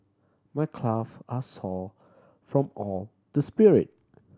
my are sore from all the sprint